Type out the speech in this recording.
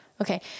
Okay